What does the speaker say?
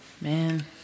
Man